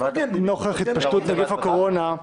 נוכח התפשטות נגיף הקורונה,